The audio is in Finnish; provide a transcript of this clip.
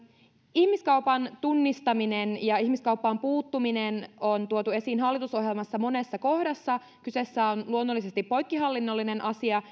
ihmiskaupan tunnistaminen ja ihmiskauppaan puuttuminen on tuotu esiin hallitusohjelmassa monessa kohdassa kyseessä on luonnollisesti poikkihallinnollinen asia